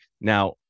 now